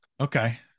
Okay